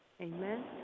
Amen